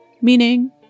meaning